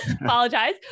apologize